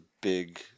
big